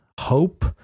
hope